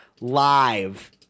Live